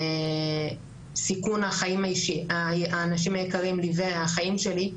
סיכון האנשים היקרים לי והחיים שלי,